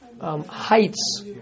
Heights